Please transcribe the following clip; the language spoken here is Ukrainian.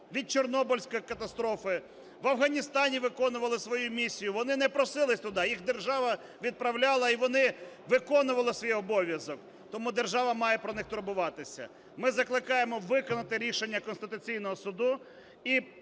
від Чорнобильської катастрофи, в Афганістані виконували свою місію. Вони не просились туди, їх держава відправляла і вони виконували свій обов'язок. Тому держава має про них турбуватися. Ми закликаємо виконати рішення Конституційного Суду